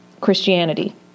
Christianity